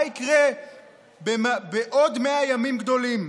מה יקרה בעוד 100 ימים גדולים?